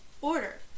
Order